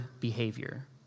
behavior